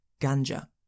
Ganja